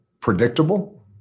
predictable